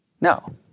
No